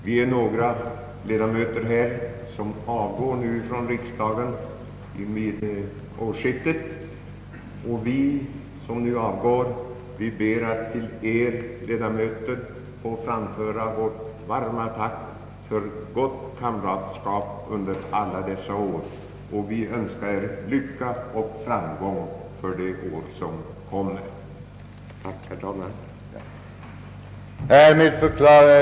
Vi är några leda möter här som avgår från riksdagen vid årsskiftet. Vi som nu avgår ber att till er ledamöter få framföra vårt varma tack för gott kamratskap under alla dessa år. Vi önskar er lycka och framgång för de år som kommer.